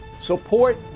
support